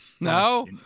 No